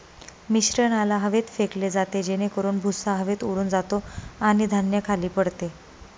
मिश्रणाला हवेत फेकले जाते जेणेकरून भुसा हवेत उडून जातो आणि धान्य खाली पडते